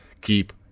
keep